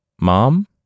Mom